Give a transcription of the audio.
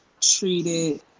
treated